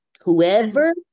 Whoever